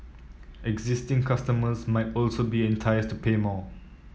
existing customers might also be enticed to pay more